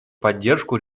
поддержку